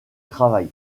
travail